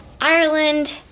Ireland